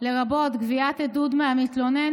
לרבות גביית עדות מהמתלונן,